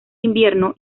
invierno